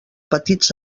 petits